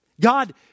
God